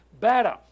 better